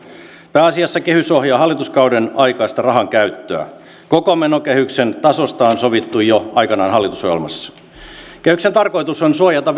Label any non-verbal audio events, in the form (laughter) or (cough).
pääasiassa kehys ohjaa hallituskauden aikaista rahankäyttöä koko menokehyksen tasosta on sovittu jo aikoinaan hallitusohjelmassa kehyksen tarkoitus on suojata (unintelligible)